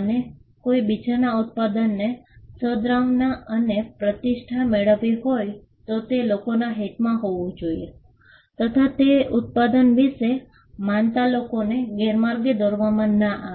અને કોઈ બીજાના ઉત્પાદનને સદ્ભાવના અને પ્રતિષ્ઠા મેળવી હોય તે લોકોના હીતમાં હોવું જોઈએ તથા તે ઉત્પાદન વિશે માનતા લોકોને ગેરમાર્ગે દોરવામાં ન આવે